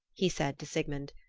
he said to sigmund,